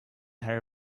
her